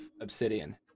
obsidian